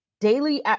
Daily